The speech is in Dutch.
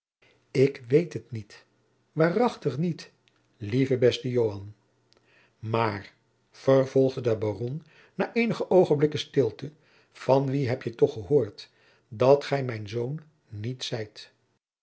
ik weet het niet waarachtig niet lieve beste joan maar vervolgde de baron na eenige oogenblikken stilte van wien hebt gij toch gehoord dat gij mijn zoon niet zijt